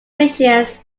missions